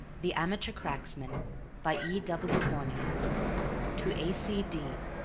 the amateur cracksman by e. w. hornung to a. c. d.